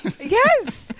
yes